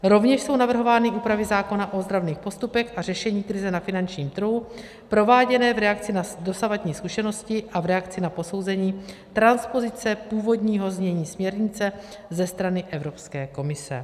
Rovněž jsou navrhovány úpravy zákona o ozdravných postupech a řešení krize na finančním trhu prováděné v reakci na dosavadní zkušenosti a v reakci na posouzení transpozice původního znění směrnice ze strany Evropské komise.